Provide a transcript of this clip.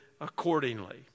accordingly